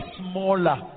smaller